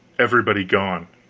everybody gone!